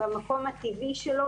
במקום הטבעי שלו.